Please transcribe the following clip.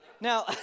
Now